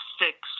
fix